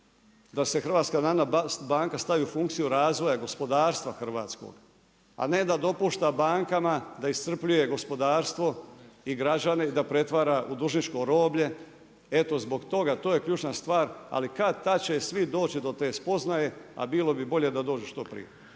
da se HNB stavi u funkciju razvoja, gospodarstva hrvatskog, a ne da dopušta bankama da iscrpljuje gospodarstvo i građane i da prevare u dužničko roblje, eto, zbog toga, to je ključna stvar, ali kad-tad će svi doći do te spoznaje, a bilo bi bolje da dođu što prije.